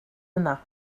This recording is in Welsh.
yna